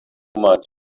much